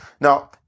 Now